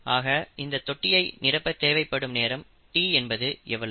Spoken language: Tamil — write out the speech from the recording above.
ஆக இந்த தொட்டியை நிரப்ப தேவைப்படும் நேரம் t என்பது எவ்வளவு